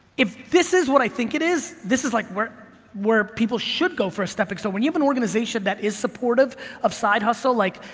if this is what i think it is, this is like where where people should go for a stepping stone. so when you have an organization that is supportive of side hustle, like,